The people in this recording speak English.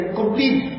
complete